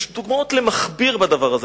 יש דוגמאות למכביר לדבר הזה.